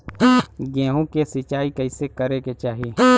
गेहूँ के सिंचाई कइसे करे के चाही?